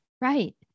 Right